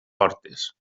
portes